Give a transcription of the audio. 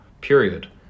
period